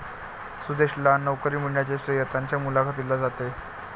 सुदेशला नोकरी मिळण्याचे श्रेय त्याच्या मुलाखतीला जाते